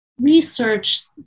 research